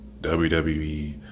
WWE